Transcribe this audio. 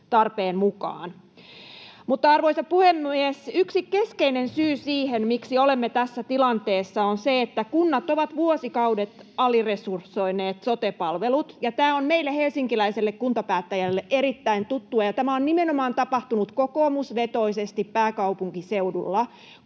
tarpeen mukaan. Arvoisa puhemies! Yksi keskeinen syy siihen, miksi olemme tässä tilanteessa, on se, että kunnat ovat vuosikaudet aliresursoineet sote-palvelut. Tämä on meille helsinkiläisille kuntapäättäjille erittäin tuttua, ja tämä on nimenomaan tapahtunut kokoomusvetoisesti pääkaupunkiseudulla.